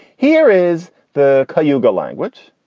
here is the kuga language,